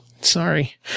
Sorry